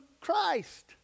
Christ